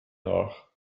nach